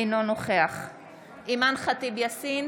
אינו נוכח אימאן ח'טיב יאסין,